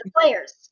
players